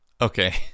Okay